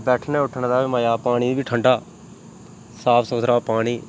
बैठने उट्ठने दा बी मज़ा पानी बी ठंडा साफ़ सुथरा पानी